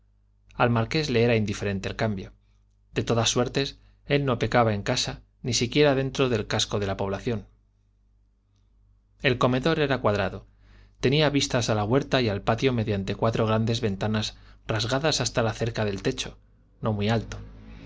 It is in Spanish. al marqués le era indiferente el cambio de todas suertes él no pecaba en casa ni siquiera dentro del casco de la población el comedor era cuadrado tenía vistas a la huerta y al patio mediante cuatro grandes ventanas rasgadas hasta cerca del techo no muy alto